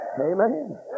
Amen